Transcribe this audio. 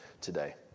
today